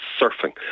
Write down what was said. surfing